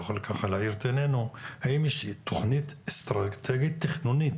יכול להאיר את עינינו האם יש תוכנית אסטרטגית תכנונית